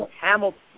Hamilton